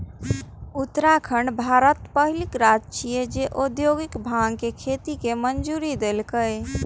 उत्तराखंड भारतक पहिल राज्य छियै, जे औद्योगिक भांग के खेती के मंजूरी देलकै